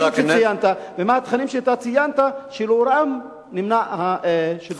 ומה התכנים שאתה ציינת שלאורם נמנע השידור של הערוץ?